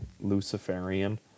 Luciferian